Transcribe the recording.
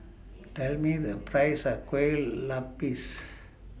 Tell Me The Price of Kueh Lupis